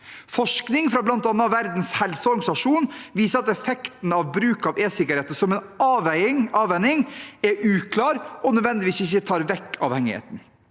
Forskning fra bl.a. Verdens helseorganisasjon viser at effekten av bruk av e-sigaretter som en avvenning er uklar og ikke nødvendigvis tar vekk avhengigheten.